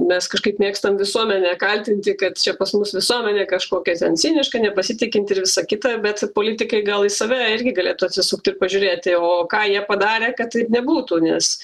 mes kažkaip mėgstam visuomenę kaltinti kad čia pas mus visuomenė kažkokia ten ciniška nepasitikinti ir visa kita bet politikai gal į save irgi galėtų atsisukti ir pažiūrėti o ką jie padarė kad taip nebūtų nes